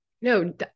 No